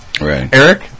Eric